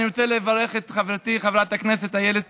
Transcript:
אני רוצה לברך את חברתי חברת הכנסת איילת